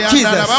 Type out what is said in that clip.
Jesus